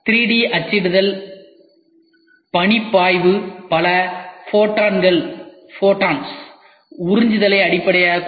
3D அச்சிடுதல் பணிப்பாய்வு பல ஃபோட்டான் உறிஞ்சுதலை அடிப்படையாகக் கொண்டது